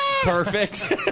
Perfect